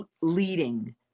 leading